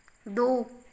दो